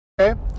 okay